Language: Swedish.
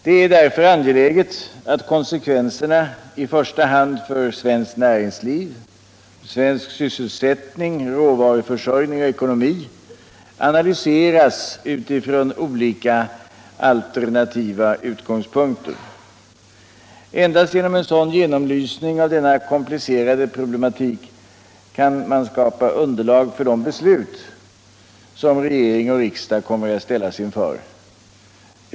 Det är därför angeläget att konsekvenserna — i första hand för svenskt näringsliv, svensk sysselsättning, råvaruförsörjning och ekonomi — analyseras utifrån olika alternativa utgångspunkter. Endast genom en sådan genomlysning av denna komplicerade problematik kan underlag skapas för de beslut som regering och riksdag kommer att ställas inför.